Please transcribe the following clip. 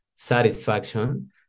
satisfaction